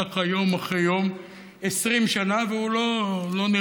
ככה יום אחרי יום, 20 שנה, והוא לא נרתע.